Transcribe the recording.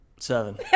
Seven